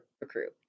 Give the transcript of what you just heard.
recruit